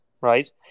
right